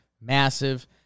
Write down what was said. Massive